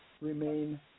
remain